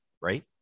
right